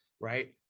right